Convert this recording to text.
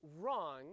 wrong